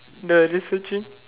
the researching